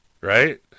right